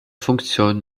funktion